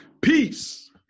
Peace